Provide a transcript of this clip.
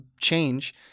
change